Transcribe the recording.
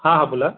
हां हां बोला